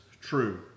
true